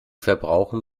verbrauchen